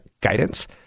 guidance